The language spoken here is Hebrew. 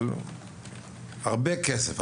אבל הרבה כסף,